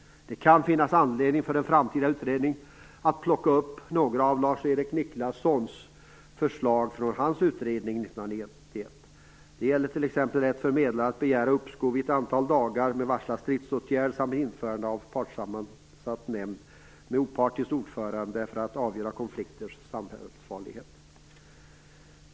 Det kan finnas anledning för en framtida utredning att plocka upp några av de förslag Lars-Erik Nicklasson presenterade i sin utredning 1991. Det gäller t.ex. rätt för medlare att begära uppskov i ett antal dagar med varslad stridsåtgärd samt införandet av en partssammansatt nämnd med opartisk ordförande för att avgöra konflikters samhällsfarlighet.